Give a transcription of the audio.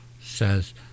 says